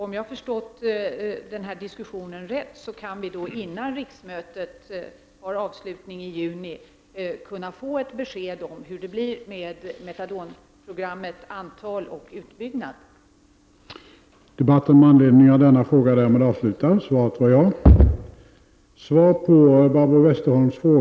Om jag har förstått diskussionen rätt kan vi före riksmötets avslutning i juni få ett besked om hur det blir med metadonprogrammets utbyggnad och antalet patienter.